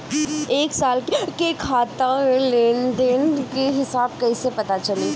एक साल के खाता के लेन देन के हिसाब कइसे पता चली?